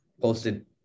posted